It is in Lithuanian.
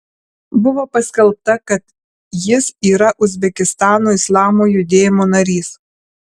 buvo paskelbta kad jis yra uzbekistano islamo judėjimo narys